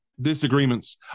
disagreements